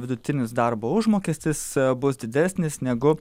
vidutinis darbo užmokestis bus didesnis negu